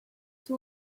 two